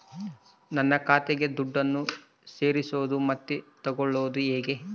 ನನ್ನ ಖಾತೆಗೆ ದುಡ್ಡನ್ನು ಸೇರಿಸೋದು ಮತ್ತೆ ತಗೊಳ್ಳೋದು ಹೇಗೆ?